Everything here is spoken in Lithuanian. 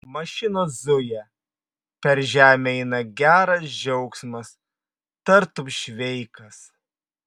mašinos zuja per žemę eina geras džiaugsmas tartum šveikas